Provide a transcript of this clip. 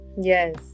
Yes